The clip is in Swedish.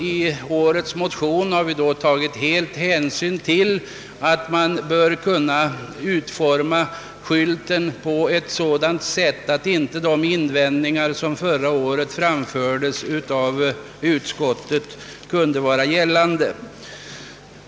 I årets motion har vi därför tagit hänsyn härtill och föreslagit att skylten utformas på ett sätt som inte kan ge anledning till de invändningar som förra året framfördes av utskottet.